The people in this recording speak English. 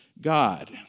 God